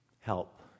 help